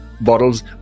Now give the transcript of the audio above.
bottles